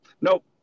Nope